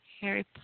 Harry